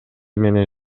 менен